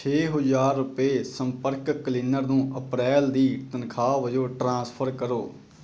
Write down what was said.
ਛੇ ਹਜ਼ਾਰ ਰੁਪਏ ਸੰਪਰਕ ਕਲੀਨਰ ਨੂੰ ਅਪ੍ਰੈਲ ਦੀ ਤਨਖਾਹ ਵਜੋਂ ਟ੍ਰਾਂਸਫਰ ਕਰੋ